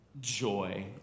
joy